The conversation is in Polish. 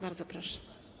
Bardzo proszę.